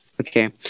Okay